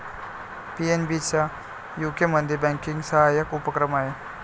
PNB चा यूकेमध्ये banking सहाय्यक उपक्रम आहे